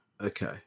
Okay